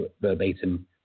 verbatim